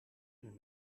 een